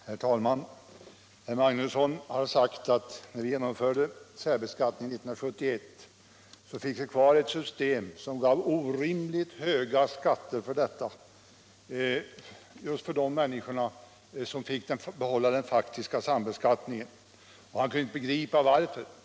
Herr talman! Herr Magnusson har sagt att när vi genomförde särbeskattningen 1971 blev det kvar ett system som gav orimligt höga skatter just för de människor som fick behålla den faktiska sambeskattningen. Han kunde inte begripa varför.